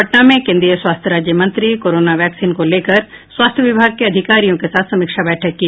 पटना में केंद्रीय स्वास्थ्य राज्य मंत्री कोरोना वैक्सीन को लेकर स्वास्थ्य विभाग के अधिकारियों के साथ समीक्षा बैठक की